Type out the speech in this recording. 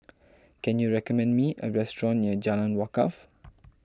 can you recommend me a restaurant near Jalan Wakaff